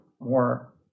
more